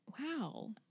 Wow